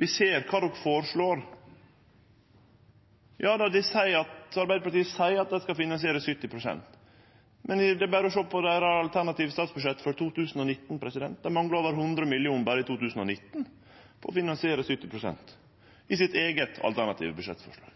Vi ser kva dei føreslår. Arbeidarpartiet seier at dei skal finansiere 70 pst., men det er berre å sjå på det alternative statsbudsjettet deira for 2019. Det manglar over 100 mill. kr berre i 2019 på å finansiere 70 pst. – i deira eige alternative budsjettforslag.